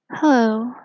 Hello